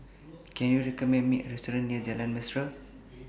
Can YOU recommend Me A Restaurant near Jalan Mesra